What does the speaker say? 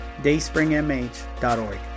dayspringmh.org